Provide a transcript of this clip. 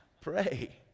Pray